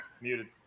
muted